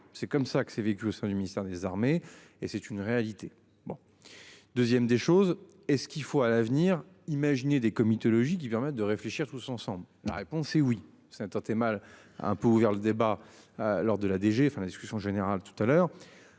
c'est comme ça que c'est vécu au sein du ministère des Armées et c'est une réalité. Bon 2ème des choses et ce qu'il faut à l'avenir imaginé des comitologie qui permette de réfléchir tous ensemble. La réponse est oui c'est mal un peu ouvert le débat. Lors de la DG enfin la discussion générale tout à l'heure